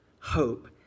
hope